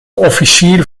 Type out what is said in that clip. officier